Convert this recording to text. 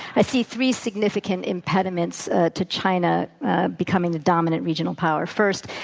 i see three significant impediments to china becoming the dominant regional power. first,